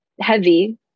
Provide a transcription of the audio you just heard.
heavy